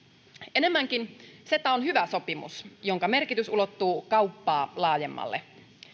enemmänkin ceta on hyvä sopimus jonka merkitys ulottuu kauppaa laajemmalle